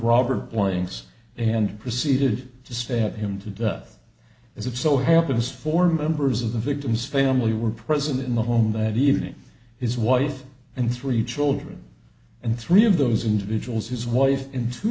robert blanks and proceeded to stab him to death as it so happens four members of the victim's family were present in the home that evening his wife and three children and three of those individuals his wife in two